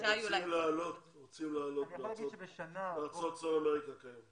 לעלות מצפון אמריקה כיום?